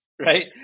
right